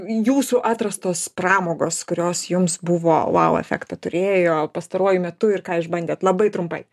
jūsų atrastos pramogos kurios jums buvo vau efektą turėjo pastaruoju metu ir ką išbandėt labai trumpai